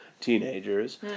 teenagers